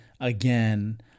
again